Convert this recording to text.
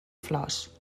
flors